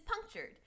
punctured